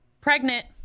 pregnant